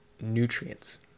nutrients